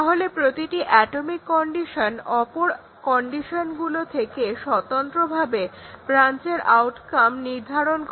তাহলে প্রতিটি atomic condition অপর কন্ডিশনগুলোর থেকে স্বতন্ত্রভাবে ব্রাঞ্চের আউটকাম নির্ধারণ করে